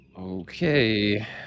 Okay